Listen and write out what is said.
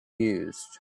used